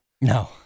No